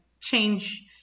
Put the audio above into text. change